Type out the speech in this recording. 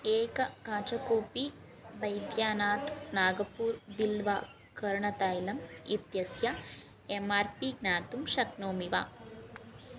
एककाचकूपी बैद्यानात् नाग्पूर् बिल्वा कर्णतैलम् इत्यस्य एम् आर् पी ज्ञातुं शक्नोमि वा